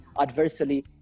adversely